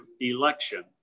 election